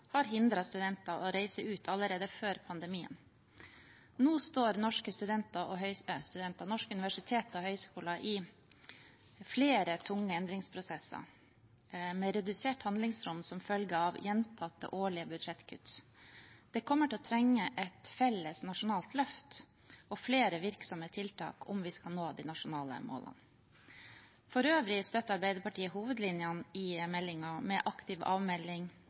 har hindret studenter i å reise ut allerede før pandemien. Nå står norske universiteter og høyskoler i flere tunge endringsprosesser, med redusert handlingsrom som følge av gjentatte årlige budsjettkutt. Vi kommer til å trenge et felles nasjonalt løft og flere virksomme tiltak om vi skal nå de nasjonale målene. For øvrig støtter Arbeiderpartiet hovedlinjene i meldingen med aktiv avmelding,